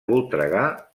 voltregà